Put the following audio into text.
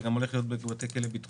זה הולך להיות גם בבתי כלא ביטחוניים?